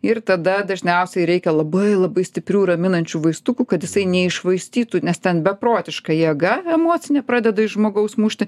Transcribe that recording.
ir tada dažniausiai reikia labai labai stiprių raminančių vaistukų kad jisai neiššvaistytų nes ten beprotiška jėga emocinė pradeda iš žmogaus mušti